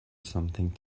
something